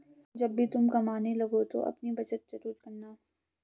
जब भी तुम कमाने लगो तो अपनी बचत जरूर करना